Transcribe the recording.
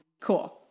Cool